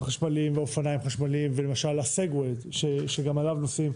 חשמליים ואופניים חשמליים ולמשל הסגווי שגם עליו נוסעים,